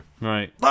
right